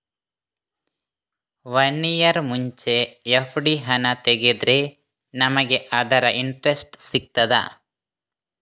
One year ಮುಂಚೆ FD ಹಣ ತೆಗೆದ್ರೆ ನಮಗೆ ಅದರ ಇಂಟ್ರೆಸ್ಟ್ ಸಿಗ್ತದ?